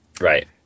Right